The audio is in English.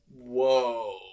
Whoa